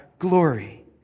glory